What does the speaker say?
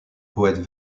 poètes